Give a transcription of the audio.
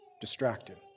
distracted